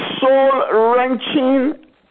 soul-wrenching